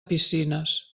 piscines